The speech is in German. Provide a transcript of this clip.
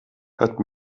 hat